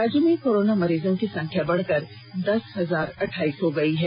राज्य में कोरोना मरीजों की संख्या बढ़कर दस हजार अठाईस हो गई है